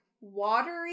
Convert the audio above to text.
watery